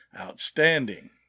Outstanding